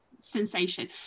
sensation